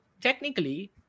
technically